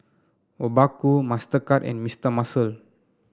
Obaku Mastercard and Mister Muscle